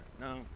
No